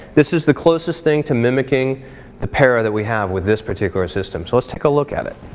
this is the closest thing to mimicking the para that we have with this particular system. so let's take a look at it.